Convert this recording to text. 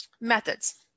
Methods